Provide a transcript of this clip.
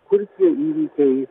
kur tie įvykiai